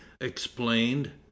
explained